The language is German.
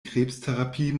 krebstherapie